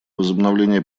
возобновление